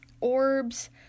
orbs